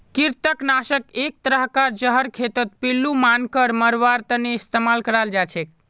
कृंतक नाशक एक तरह कार जहर खेतत पिल्लू मांकड़ मरवार तने इस्तेमाल कराल जाछेक